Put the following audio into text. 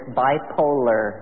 bipolar